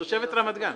את תושבת רמת גן.